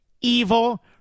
evil